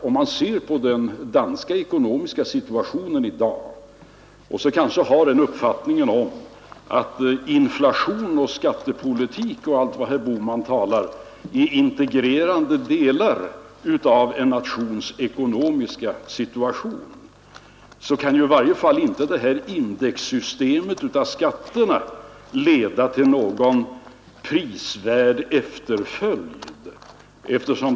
Om man ser på den danska ekonomiska situationen i dag och kanske har uppfattningen att inflation, skattepolitik och allt vad herr Bohman talar om är integrerande delar av en nations ekonomiska situation, så kan i varje fall inte det här indexsystemet beträffande skatterna leda till någon prisvärd efterföljd.